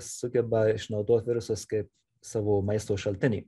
sugeba išnaudot virusus kaip savo maisto šaltinį